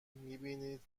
میبینید